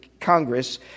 congress